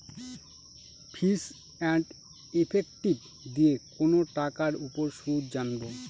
ফিচ and effective দিয়ে কোনো টাকার উপর সুদ জানবো